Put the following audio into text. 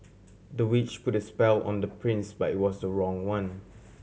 the witch put a spell on the prince but it was the wrong one